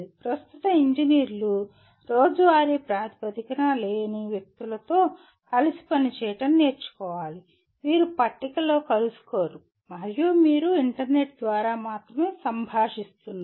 ప్రస్తుత ఇంజనీర్లు రోజువారీ ప్రాతిపదికన లేని వ్యక్తులతో కలిసి పనిచేయడం నేర్చుకోవాలి మీరు పట్టికలో కలుసుకోరు మరియు మీరు ఇంటర్నెట్ ద్వారా మాత్రమే సంభాషిస్తున్నారు